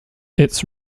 its